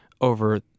over